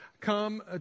come